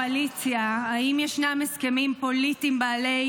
קואליציה, בעד.